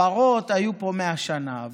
פרות היו פה 100 שנה,